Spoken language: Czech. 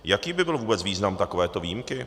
Jaký by byl vůbec význam takovéto výjimky?